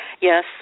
Yes